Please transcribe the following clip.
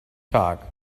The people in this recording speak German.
tag